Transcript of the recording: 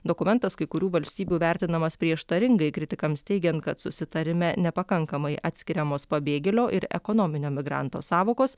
dokumentas kai kurių valstybių vertinamas prieštaringai kritikams teigiant kad susitarime nepakankamai atskiriamos pabėgėlio ir ekonominio migranto sąvokos